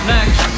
Next